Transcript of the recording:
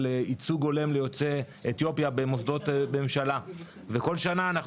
של ייצוג הולם ליוצאי אתיופיה במוסדות הממשלה וכל שנה אנחנו